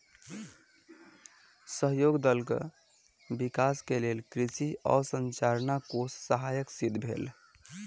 सहयोग दलक विकास के लेल कृषि अवसंरचना कोष सहायक सिद्ध भेल